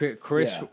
Chris